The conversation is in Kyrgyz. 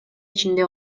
ичинде